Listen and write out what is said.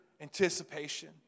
anticipation